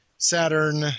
Saturn